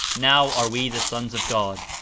now are we the sons of god,